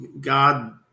God